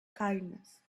kindness